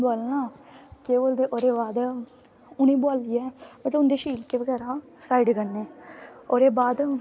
बोआलना केह् बोलदे ओह्दे बाद उनेंगी बोआलियै ते उंदे शिलके बगैरा साईड़ करने ओह्दे बाद